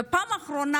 בפעם האחרונה,